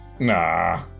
Nah